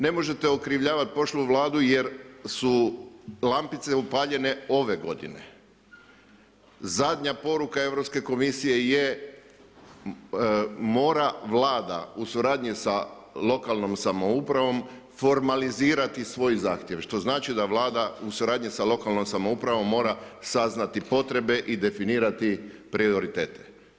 Ne možete okrivljavati prošlu vladu, jer su lampice upaljene ove g. Zadnja poruka Europske komisije je, mora Vlada u suradnji sa lokalnom samoupravom formalizirati svoj zahtjev, što znači da Vlada u suradnji sa lokalnom samoupravom mora saznati potrebe i definirati prioritete.